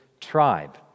tribe